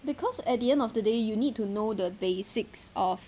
because at the end of the day you need to know the basics of